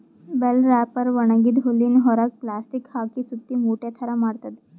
bell wrapper ಒಣಗಿದ್ದ್ ಹುಲ್ಲಿನ್ ಹೊರೆಗ್ ಪ್ಲಾಸ್ಟಿಕ್ ಹಾಕಿ ಸುತ್ತಿ ಮೂಟೆ ಥರಾ ಮಾಡ್ತದ್